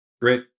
Great